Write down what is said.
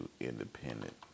independent